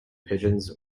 pigeons